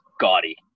gaudy